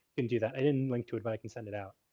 didn't do that. i didn't link to it, but i can send it out.